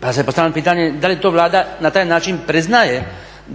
Pa se postavlja pitanje da li to Vlada na taj način priznaje